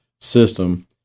system